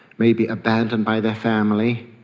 maybe abandoned by their family,